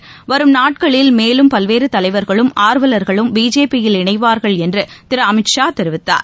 உள்ளிட்ட வரும் நாட்களில் மேலும் பல்வேறு தலைவர்களும் ஆர்வலர்களும் பிஜேபியில் இணைவார்கள் என்று திரு அமித் ஷா கூறினார்